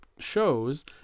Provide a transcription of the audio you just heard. shows